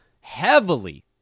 heavily